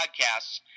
Podcasts